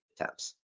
attempts